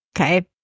Okay